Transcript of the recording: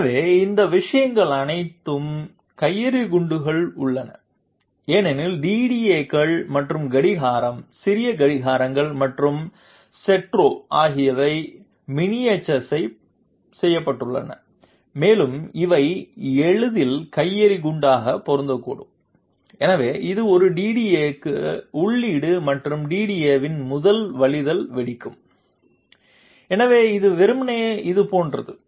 எனவே இந்த விஷயங்கள் அனைத்தும் கையெறி குண்டுக்குள் உள்ளன ஏனெனில் DDAக்கள் மற்றும் கடிகாரம் சிறிய கடிகாரங்கள் மற்றும் செட்டெரா அவை மினியேட்டரைஸ் செய்யப்படுகின்றன மேலும் அவை எளிதில் கையெறி குண்டாக பொருந்தக்கூடும் எனவே இது ஒரு DDAக்கு உள்ளீடு மற்றும் DDAவின் முதல் வழிதல் வெடிக்கும் எனவே இது வெறுமனே இது போன்றது